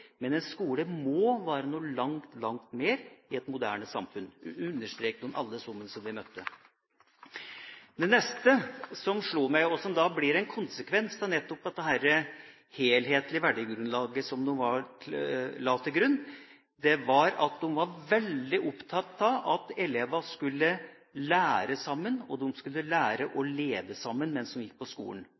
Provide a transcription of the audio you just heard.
men en skole må være noe langt mer i et moderne samfunn. Det understreket alle vi møtte. Det neste som slo meg, og som blir en konsekvens at dette helhetlige verdigrunnlaget som de la til grunn, var at de var veldig opptatt av at elevene skulle lære sammen, og de skulle lære å leve sammen mens de gikk på skolen.